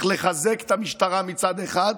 וצריך לחזק את המשטרה מצד אחד,